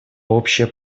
общая